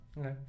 Okay